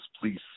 Please